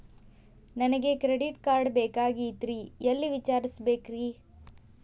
ನನಗೆ credit card ಬೇಕಾಗಿತ್ರಿ ಎಲ್ಲಿ ವಿಚಾರಿಸಬೇಕ್ರಿ?